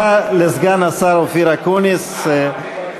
סליחה,